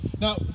Now